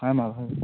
ᱦᱮᱸ ᱢᱟ ᱫᱚᱦᱚᱭ ᱵᱮᱱ